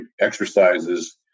exercises